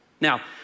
Now